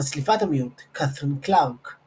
מצליפת המיעוט קת'רין קלארק ==